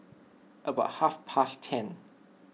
about half past ten